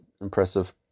impressive